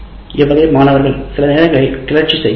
இவ்வகை மாணவர்கள் சில நேரங்களில் கிளர்ச்சி செய்கிறார்கள்